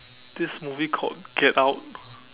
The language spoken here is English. this movie called get out